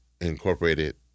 Incorporated